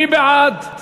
מי בעד,